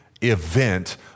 event